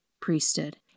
priesthood